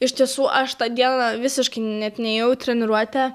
iš tiesų aš tą dieną visiškai net nėjau treniruotę